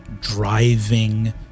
driving